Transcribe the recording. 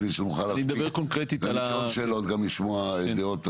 כדי שנוכל להספיק לשאול שאלות ולשמוע דעות אחרות.